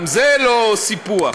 גם זה לא סיפוח.